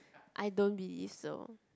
I don't believe so